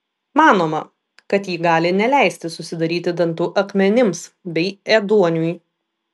manoma kad ji gali neleisti susidaryti dantų akmenims bei ėduoniui